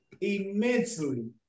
immensely